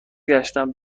گشتم